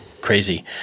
crazy